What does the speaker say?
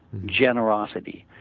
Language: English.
generosity.